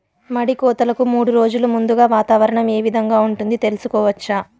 మడి కోతలకు మూడు రోజులు ముందుగా వాతావరణం ఏ విధంగా ఉంటుంది, తెలుసుకోవచ్చా?